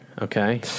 Okay